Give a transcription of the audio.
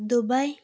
Dubai